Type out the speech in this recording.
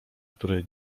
który